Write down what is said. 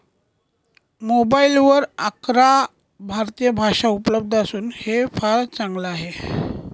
मोबाईलवर अकरा भारतीय भाषा उपलब्ध असून हे फारच चांगल आहे